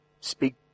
speak